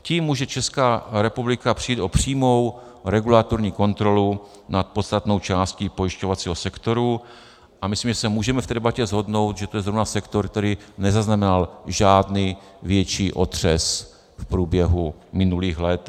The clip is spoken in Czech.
Tím může Česká republika přijít o přímou regulatorní kontrolu nad podstatnou částí pojišťovacího sektoru, a myslím, že se můžeme v té debatě shodnout, že to je zrovna sektor, který nezaznamenal žádný větší otřes v průběhu minulých let.